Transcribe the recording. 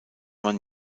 man